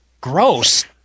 Gross